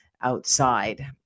outside